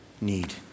need